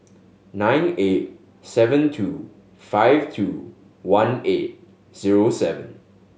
nine eight seven two five two one eight zero seven